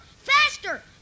Faster